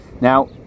Now